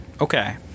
Okay